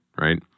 right